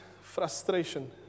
frustration